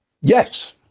Yes